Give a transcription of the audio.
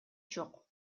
жок